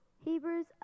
Hebrews